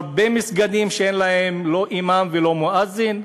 הרבה מסגדים, אין להם לא אימאם ולא מואזין.